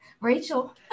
Rachel